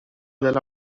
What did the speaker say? della